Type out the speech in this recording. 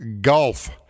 golf